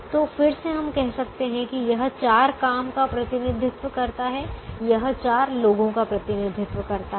तो फिर से हम कह सकते हैं कि यह चार काम का प्रतिनिधित्व करता है यह चार लोगों का प्रतिनिधित्व करता है